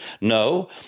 No